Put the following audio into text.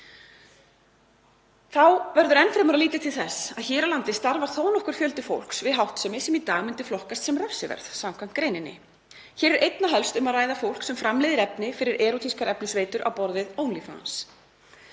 Þá verður enn fremur að líta til þess að hér á landi starfar þó nokkur fjöldi fólks við háttsemi sem í dag myndi flokkast sem refsiverð samkvæmt greininni. Hér er einna helst um að ræða fólk sem framleiðir efni fyrir erótískar efnisveitur á borð við Onlyfans.